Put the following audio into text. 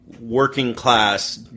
working-class